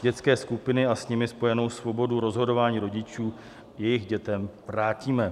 Dětské skupiny a s nimi spojenou svobodu rozhodování rodičů jejich dětem vrátíme.